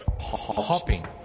Hopping